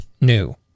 new